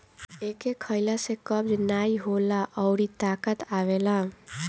एके खइला से कब्ज नाइ होला अउरी ताकत आवेला